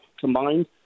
combined